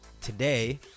today